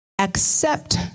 Accept